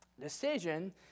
decision